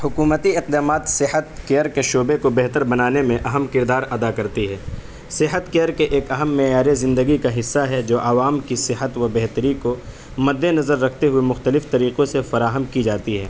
حکومتی اقدامات صحت کیئر کے شعبے کو بہتر بنانے میں اہم کردار ادا کرتی ہے صحت کیئر کے ایک اہم معیار زندگی کا حصہ ہے جو عوام کی صحت و بہتری کو مدِ نظر رکھتے ہوئے مختلف طریقوں سے فراہم کی جاتی ہے